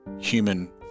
human